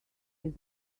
his